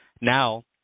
Now